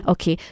Okay